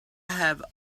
have